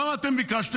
למה אתם ביקשתם?